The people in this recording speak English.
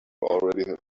already